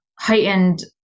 heightened